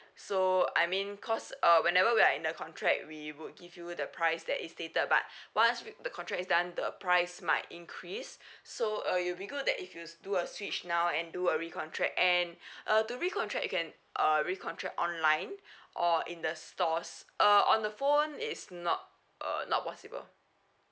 so I mean because uh whenever we are in a contract we would give you the price that is stated but once with the recontract is done the price might increase so uh you'll be good that if you do a switch now and do a recontract and uh to recontract you can err recontract online or in the stores uh on the phone is not uh not possible